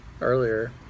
earlier